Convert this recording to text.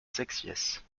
sexies